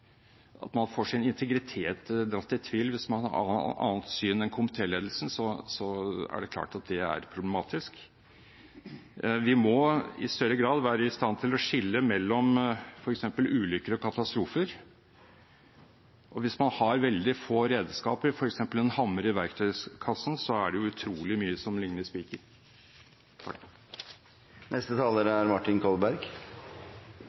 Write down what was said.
at man får sin integritet dratt i tvil hvis man har et annet syn enn komitéledelsen, er det klart at det er problematisk. Vi må i større grad være i stand til å skille mellom f.eks. ulykker og katastrofer. Hvis man har veldig få redskaper i verktøykassen, f.eks. en hammer, er det utrolig mye som likner spiker. Igjen dette med Arbeiderpartiets tidligere statsråder, som representanten Tetzschner nå igjen mente jeg skulle ringe til. Det